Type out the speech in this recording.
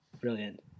brilliant